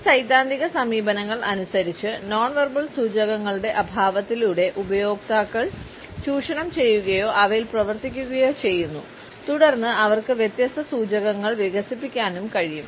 ഈ സൈദ്ധാന്തിക സമീപനങ്ങൾ അനുസരിച്ച് നോൺ വെർബൽ സൂചകങ്ങളുടെ അഭാവത്തിലൂടെ ഉപയോക്താക്കൾ ചൂഷണം ചെയ്യുകയോ അവയിൽ പ്രവർത്തിക്കുകയോ ചെയ്യുന്നു തുടർന്ന് അവർക്ക് വ്യത്യസ്ത സൂചകങ്ങൾ വികസിപ്പിക്കാനും കഴിയും